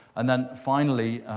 and then, finally,